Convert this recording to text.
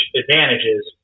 advantages